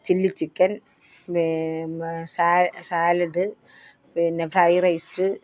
chilli chicken സാ salad പിന്നെ fry raised